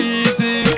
easy